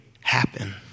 happen